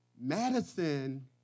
Madison